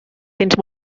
tens